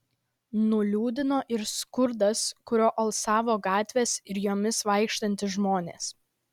nuliūdino ir skurdas kuriuo alsavo gatvės ir jomis vaikštantys žmonės